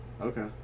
Okay